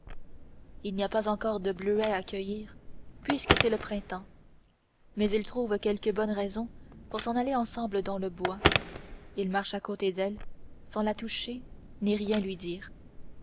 il n'y a pas encore de bleuets à cueillir puisque c'est le printemps mais ils trouvent quelque bonne raison pour s'en aller ensemble dans le bois il marche à côté d'elle sans la toucher ni rien lui dire